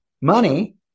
money